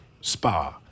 spa